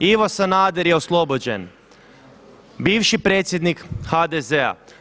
Ivo Sanader je oslobođen, bivši predsjednik HDZ-a.